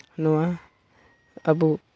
ᱱᱚᱣᱟ ᱟᱵᱚ